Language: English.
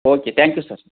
okay thank you sir